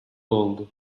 oldu